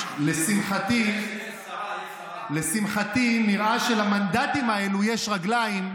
לשמחתי, נראה שלמנדטים הללו יש רגליים,